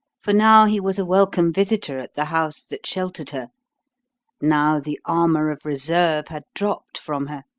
for now he was a welcome visitor at the house that sheltered her now the armour of reserve had dropped from her,